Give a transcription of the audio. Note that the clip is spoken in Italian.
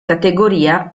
categoria